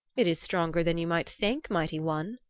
it is stronger than you might think, mighty one,